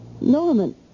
Norman